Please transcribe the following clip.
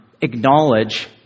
acknowledge